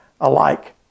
alike